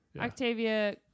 Octavia